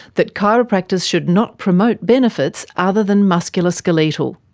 that chiropractors should not promote benefits other than musculoskeletal.